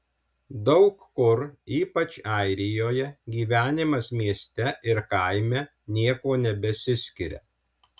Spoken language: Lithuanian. daug kur ypač airijoje gyvenimas mieste ir kaime niekuo nebesiskiria